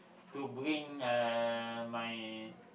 to bring uh my